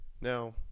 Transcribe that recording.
Now